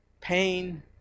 pain